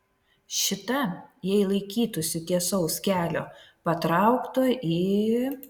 šita jei laikytųsi tiesaus kelio patrauktų į